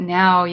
now